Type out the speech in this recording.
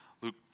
Luke